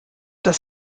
das